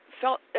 felt